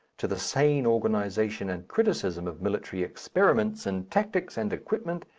to the sane organization and criticism of military experiments in tactics and equipment,